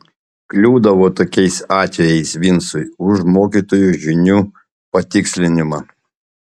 kliūdavo tokiais atvejais vincui už mokytojų žinių patikslinimą